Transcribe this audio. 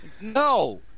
No